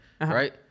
Right